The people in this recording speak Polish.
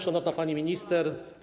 Szanowna Pani Minister!